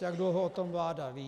Jak dlouho o tom vláda ví.